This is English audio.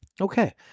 Okay